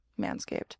Manscaped